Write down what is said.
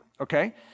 Okay